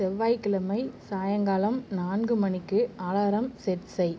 செவ்வாய்க்கிழமை சாயங்காலம் நான்கு மணிக்கு அலாரம் செட் செய்